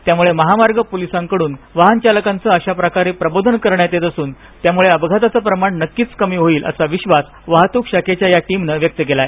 त्यामुळे महामार्ग पोलिसांकडून वाहनचालकांच अशाप्रकारे प्रबोधन करण्यात येत असून त्यामुळे अपघाताचं प्रमाण नक्कीच कमी होईल असा विश्वास वाहतूक शाखेच्या या टीमनं व्यक्त केलाय